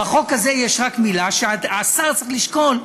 בחוק הזה יש רק מילה שהשר צריך לשקול,